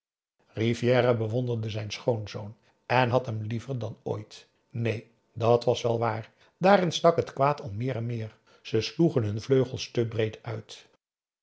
rivière bewonderde zijn schoonzoon en had hem liever dan ooit neen dat was wel waar daarin stak het kwaad al meer en meer ze sloegen hun vleugels te breed uit